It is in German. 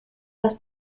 dass